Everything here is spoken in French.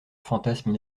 fantasme